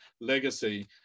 legacy